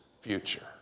future